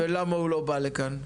ולמה הוא לא בא לכן?